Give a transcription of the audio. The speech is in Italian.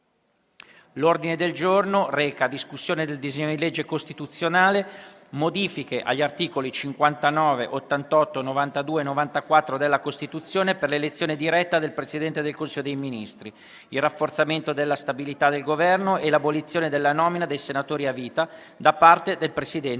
"Il link apre una nuova finestra") ***Modifiche agli articoli 59, 88, 92 e 94 della Costituzione per l'elezione diretta del Presidente del Consiglio dei ministri, il rafforzamento della stabilità del Governo e l'abolizione della nomina dei senatori a vita da parte del Presidente